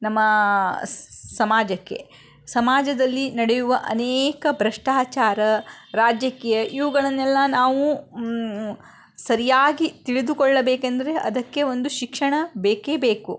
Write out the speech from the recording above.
ನಮ್ಮ ಸಮಾಜಕ್ಕೆ ಸಮಾಜದಲ್ಲಿ ನಡೆಯುವ ಅನೇಕ ಭ್ರಷ್ಟಾಚಾರ ರಾಜಕೀಯ ಇವುಗಳನ್ನೆಲ್ಲ ನಾವು ಸರಿಯಾಗಿ ತಿಳಿದುಕೊಳ್ಳಬೇಕೆಂದರೆ ಅದಕ್ಕೆ ಒಂದು ಶಿಕ್ಷಣ ಬೇಕೇ ಬೇಕು